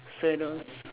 so those